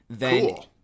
cool